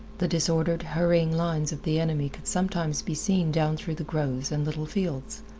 the disordered, hurrying lines of the enemy could sometimes be seen down through the groves and little fields.